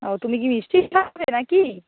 ও তুমি কি থাকবে না কি